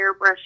airbrush